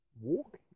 walk